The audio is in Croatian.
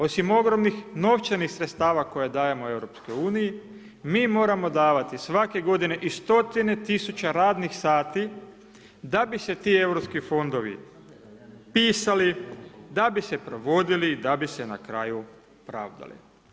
Osim ogromnih novčanih sredstava koja dajemo Europskoj uniji, mi moramo davati svake godine i stotine tisuća radnih sati, da bi se ti europski fondovi pisali, da bi se provodili, da bi se na kraju pravdali.